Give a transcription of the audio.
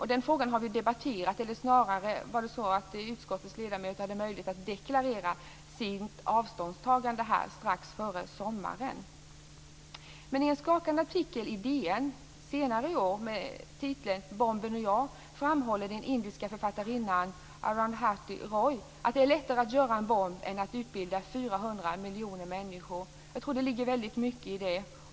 I den frågan hade utskottets ledamöter möjlighet att deklarera sitt avståndstagande strax före sommaren. I en skakande artikel i DN tidigare i år med titeln Bomben och jag framhåller den indiska författarinnan Arundhati Roy att det är lättare att göra en bomb än att utbilda 400 miljoner människor. Jag tror att det ligger väldigt mycket i det.